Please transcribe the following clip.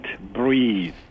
breathe